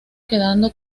quedando